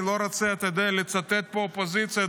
אני לא רוצה לצטט את האופוזיציה,